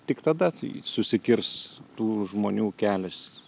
tik tada susikirs tų žmonių kelias